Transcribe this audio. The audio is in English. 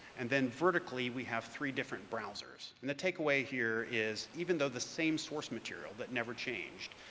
and then vertically we have three different browsers. and the takeaway here is, even though the same source material that never changed,